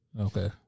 Okay